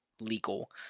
legal